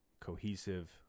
cohesive